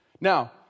Now